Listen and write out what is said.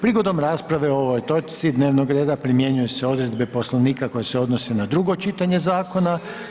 Prigodom rasprave o ovoj točci dnevnog reda primjenjuju se odredbe Poslovnika koje se odnose na drugo čitanje zakona.